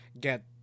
get